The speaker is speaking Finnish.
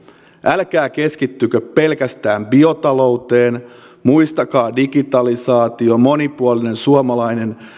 älkää keskittykö pelkästään biotalouteen muistakaa digitalisaatio monipuolinen suomalainen